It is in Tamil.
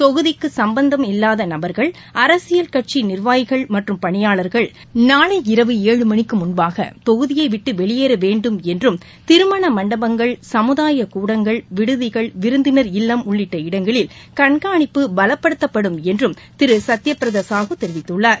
தொகுதிக்கு சம்பந்தம் இல்லாத நபர்கள் அரசியல் கட்சி நிர்வாகிகள் மற்றும் பணியாளர்கள் நாளை இரவு ஏழ மணிக்கு மேல் தொகுதியை விட்டு வெளியேற வேண்டும் என்றும் திருமண மண்டபங்கள் சமூதாய கூடங்கள் விடுதிகள் விருந்தினர் இல்லம் உள்ளிட்ட இடங்களில் கண்கானிப்பு பலப்படுத்தப்படும் என்றும் திரு சத்யபிரத சாஹூ தெரிவித்துள்ளார்